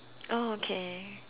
oh okay